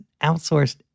outsourced